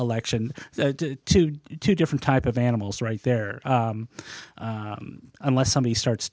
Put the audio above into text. election to two different type of animals right there unless somebody starts